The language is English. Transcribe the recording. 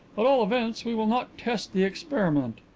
at all events we will not test the experiment.